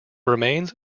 remains